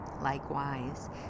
likewise